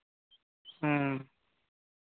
ᱦᱮᱸ